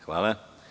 Hvala.